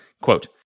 Quote